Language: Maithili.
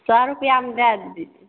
सए रुपैआमे दै द